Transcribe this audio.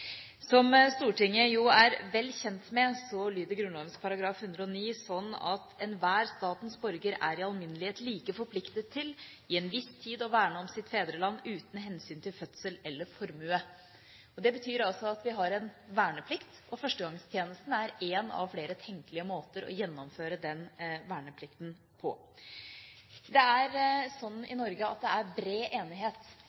Som Stortinget er vel kjent med, lyder Grunnloven § 109: «Enhver Statens Borger er i Almindelighed lige forpligtet, i en vis Tid at værne om sit Fædreland, uden Hensyn til Fødsel eller Formue.» Det betyr altså at vi har en verneplikt, og førstegangstjenesten er én av flere tenkelige måter å gjennomføre den verneplikten på. Det er i